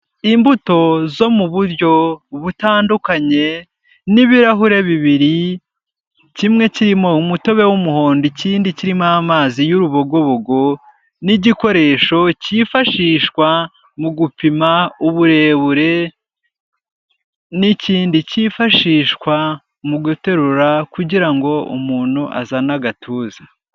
Imbuto zo mu buryo butandukanye n'ibirahure bibiri, kimwe kirimo umutobe w'umuhondo ikindi kirimo amazi y'urubogobogo, n'igikoresho cyifashishwa mu gupima uburebure, n'ikindi cyifashishwa mu guterura kugira ngo umuntu azane agatuza.